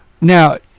Now